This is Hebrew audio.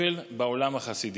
אבל בעולם החסידי.